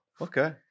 okay